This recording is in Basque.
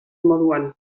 moduan